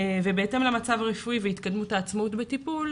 ובהתאם למצב הרפואי והתקדמות העצמאות בטיפול